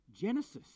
genesis